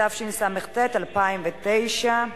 התשס"ט 2009,